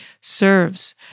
serves